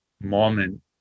moment